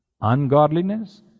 ungodliness